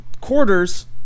quarters